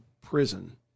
prison